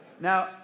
Now